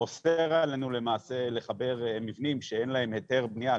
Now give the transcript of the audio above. אוסר עלינו למעשה לחבר מבנים שאין להם היתר בריאה,